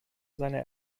seine